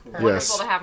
Yes